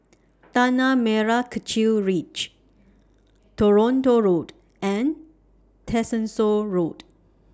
Tanah Merah Kechil Ridge Toronto Road and Tessensohn Road